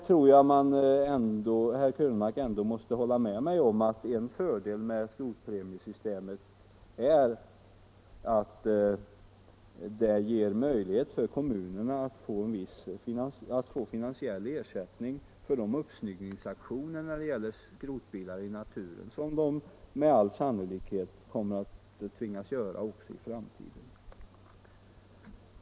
Herr Krönmark måste nog ändå hålla med mig om att en fördel med skrotpremiesystemet är att det ger möjlighet för kommunerna att få finansiell ersättning för de uppsnyggningsaktioner mot skrotbilar i naturen som man med all sannolikhet kommer att tvingas göra också i framtiden.